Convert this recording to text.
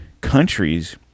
countries